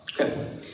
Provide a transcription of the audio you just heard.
Okay